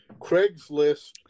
craigslist